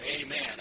Amen